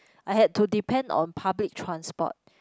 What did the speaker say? I had to depend on public transport